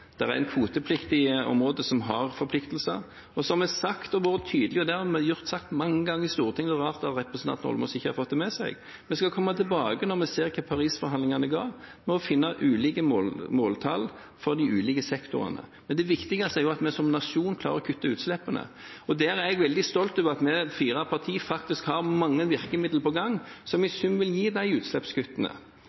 er et kvotepliktig område hvor vi har forpliktelser, og der har vi vært tydelige og sagt fra mange ganger i Stortinget. Det er rart at representanten Eidsvoll Holmås ikke har fått det med seg. Vi skal komme tilbake når vi ser hva Paris-forhandlingene ga. Vi må finne ulike måltall for de ulike sektorene. Det viktigste er at vi som nasjon klarer å kutte utslippene. Der er jeg veldig stolt over at vi fire partiene faktisk har mange virkemidler på gang som i sum vil gi